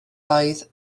oedd